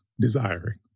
desiring